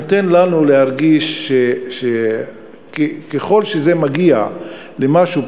נותן לנו להרגיש שככל שזה מגיע למשהו,